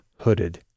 hooded